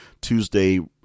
Tuesday